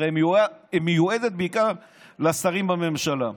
הרי היא מיועדת בעיקר לשרים בממשלה.